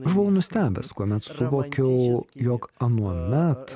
buvau nustebęs kuomet suvokiau jog anuomet